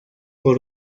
por